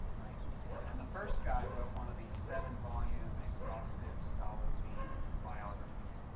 and the first guy wrote one of these seven volume, exhaustive scholarly biographies,